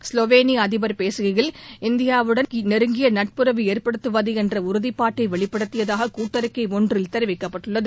ஸ்லோவேனியாஅதிபர் பேசுகையில் இந்தியாவுடன் நெருங்கியநட்புறவை ஏற்படுத்துவதுஎன்றஉறுதிப்பாட்டைவெளிப்படுத்தியதாககூட்டறிக்கைஒன்றில் தெரிவிக்கப்பட்டுள்ளது